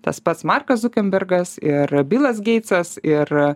tas pats markas zukenbergas ir bilas geitsas ir